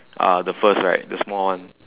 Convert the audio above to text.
are the first right the small one